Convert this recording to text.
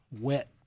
wet